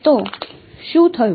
તો શું થયુ